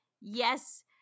Yes